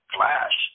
Flash